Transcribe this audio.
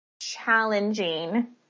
challenging